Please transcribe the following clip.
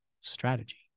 strategy